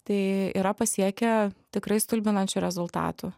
tai yra pasiekę tikrai stulbinančių rezultatų